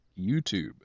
YouTube